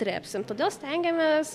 trepsim todėl stengiamės